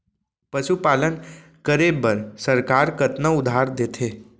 पशुपालन करे बर सरकार कतना उधार देथे?